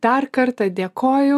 dar kartą dėkoju